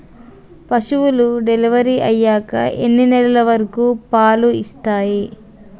పశువులు డెలివరీ అయ్యాక ఎన్ని నెలల వరకు పాలు ఇస్తాయి?